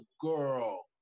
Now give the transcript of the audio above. girl